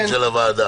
לא מבטלים שום דבר.